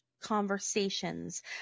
conversations